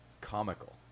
comical